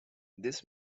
this